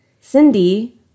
Cindy